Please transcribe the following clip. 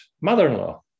mother-in-law